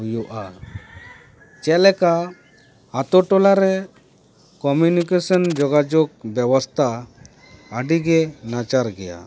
ᱦᱩᱭᱩᱜᱼᱟ ᱡᱮᱞᱮᱠᱟ ᱟᱛᱳ ᱴᱚᱞᱟ ᱨᱮ ᱠᱳᱢᱤᱱᱤᱠᱮᱥᱚᱱ ᱡᱳᱜᱟᱡᱳᱜᱽ ᱵᱮᱵᱚᱥᱛᱟ ᱟᱹᱰᱤ ᱱᱟᱪᱟᱨ ᱜᱮᱭᱟ